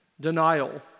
denial